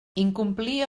incomplir